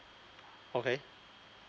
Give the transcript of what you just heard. okay